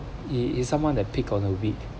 he is someone that pick on the weak